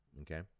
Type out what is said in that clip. okay